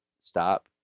Stop